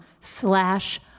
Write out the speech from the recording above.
slash